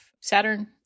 Saturn